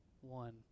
one